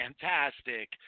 fantastic